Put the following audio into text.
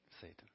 Satan